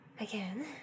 Again